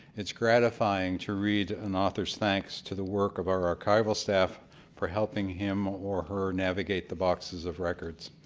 it's gratifying to read an author's thanks to the work of our archival staff for helping him or her navigate the boxes of records.